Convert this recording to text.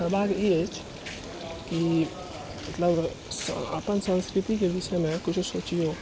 तकरबाद ई अछि की मतलब अपन संस्कृतिके विषयमे किछु सोचियौ